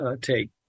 take